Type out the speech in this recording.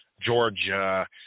georgia